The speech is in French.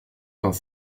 vingt